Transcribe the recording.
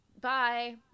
bye